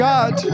God